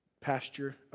pasture